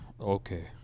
Okay